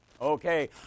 Okay